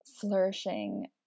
flourishing